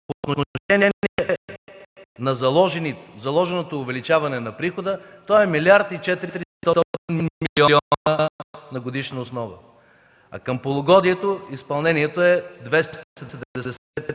По отношение на заложеното увеличаване на прихода, той е милиард и 400 млн. лв. на годишна основа, а към полугодието изпълнението е 271 милиона